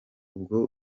ubwo